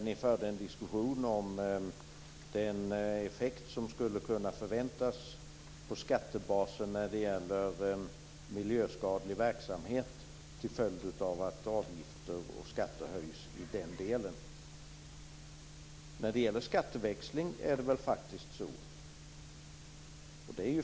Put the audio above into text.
Ni förde en diskussion om den effekt som kan förväntas på skattebasen när det gäller miljöskadlig verksamhet till följd av att avgifter och skatter höjs.